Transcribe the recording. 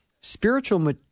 spiritual